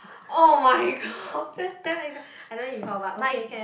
oh-my-god that's damn ex eh I know eat before but okay can